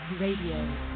Radio